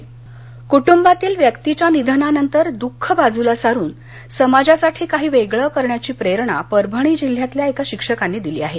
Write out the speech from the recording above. परभणी कुट्रंबातील व्यक्तीच्या निधनानंतर दूख बाजूला सारुन समाजासाठी काही वेगळं करण्याची प्रेरणा परभणी जिल्हयातल्या का शिक्षकांनी दिली आहे